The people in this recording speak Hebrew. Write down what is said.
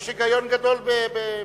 יש היגיון גדול בדבריו.